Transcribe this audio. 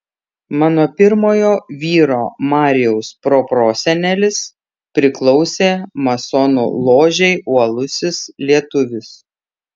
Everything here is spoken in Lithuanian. mano pirmojo vyro marijaus proprosenelis priklausė masonų ložei uolusis lietuvis